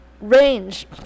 Range